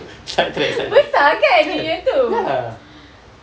so with that gave me a letter